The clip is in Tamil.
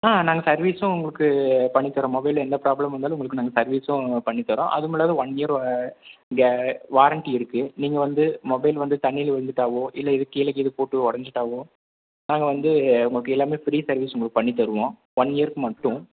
ஆ நாங்கள் சர்வீஸும் உங்களுக்கு பண்ணித்தரோம் மொபைலில் எந்த ப்ராப்லம் வந்தாலும் உங்களுக்கு நாங்கள் சர்வீஸும் பண்ணித்தரோம் அதுமில்லாத ஒன் இயர் கே வாரண்ட்டி இருக்குது நீங்கள் வந்து மொபைல் வந்து தண்ணியில் விழுந்துட்டாவோ இல்லை கீழக்கில போட்டு உடஞ்சிட்டாவோ நாங்கள் வந்து உங்களுக்கு எல்லாமே ஃப்ரீ சர்வீஸ் உங்களுக்கு பண்ணித்தருவோம் ஒன் இயருக்கு மட்டும்